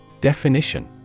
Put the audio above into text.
Definition